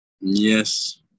yes